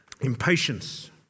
Impatience